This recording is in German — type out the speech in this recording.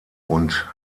und